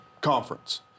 conference